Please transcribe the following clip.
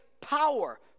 power